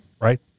Right